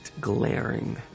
glaring